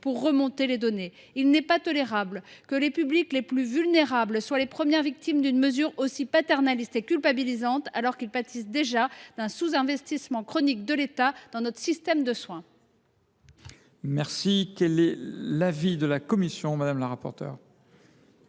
faire remonter les données. Il n’est pas tolérable que les publics les plus vulnérables soient les premières victimes d’une mesure aussi paternaliste et culpabilisante, alors qu’ils pâtissent déjà d’un sous investissement chronique de l’État dans notre système de soins.